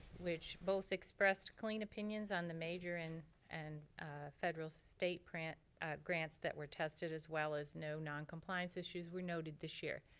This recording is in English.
which both expressed clean opinions on the major and and federal federal state grants ah grants that were tested as well as no non-compliance issues we noted this year.